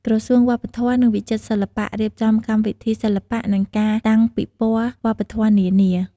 ក្រសួងវប្បធម៌ និងវិចិត្រសិល្បៈ រៀបចំកម្មវិធីសិល្បៈ និងការតាំងពិព័រណ៍វប្បធម៌នានា។